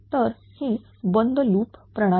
तर ही बंद लूप प्रणाली